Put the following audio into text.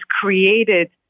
created